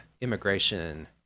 immigration